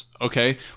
okay